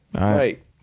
right